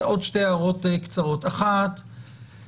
עוד שתי הערות קצרות: אחת,